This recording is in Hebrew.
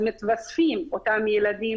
אז מתווספים אותם ילדים,